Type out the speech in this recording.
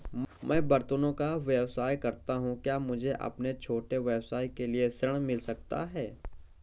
मैं बर्तनों का व्यवसाय करता हूँ क्या मुझे अपने छोटे व्यवसाय के लिए ऋण मिल सकता है?